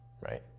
right